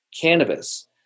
cannabis